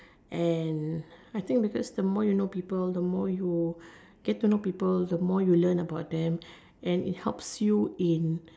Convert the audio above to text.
and I think because the more you know people the more you get to know people the more you learn about them and it helps you in